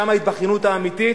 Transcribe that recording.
שם ההתבכיינות האמיתית,